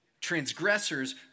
transgressors